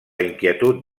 inquietud